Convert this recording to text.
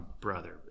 brother